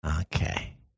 Okay